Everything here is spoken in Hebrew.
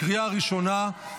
(איסור עיסוק ברבייה ובמכירה של כלבים ללא היתר),